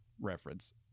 reference